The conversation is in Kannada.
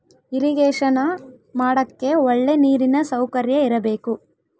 ಇರಿಗೇಷನ ಮಾಡಕ್ಕೆ ಒಳ್ಳೆ ನೀರಿನ ಸೌಕರ್ಯ ಇರಬೇಕು